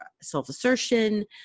self-assertion